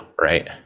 right